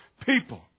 people